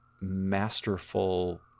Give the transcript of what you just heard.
masterful